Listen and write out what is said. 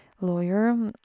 lawyer